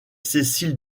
cécile